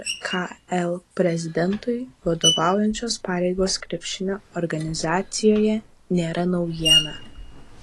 rkl prezidentui vadovaujančios pareigos krepšinio organizacijoje nėra naujiena